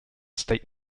state